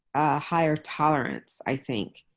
a higher tolerance, i think,